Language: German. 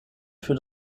für